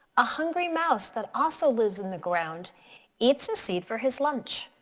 a hungry mouse that also lives in the ground eats a seed for his lunch,